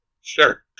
Sure